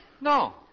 No